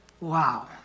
Wow